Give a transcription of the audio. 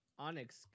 Onyx